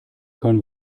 können